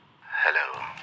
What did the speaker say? Hello